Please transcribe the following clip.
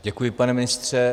Děkuji, pane ministře.